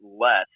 less